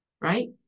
right